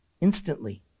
instantly